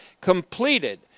completed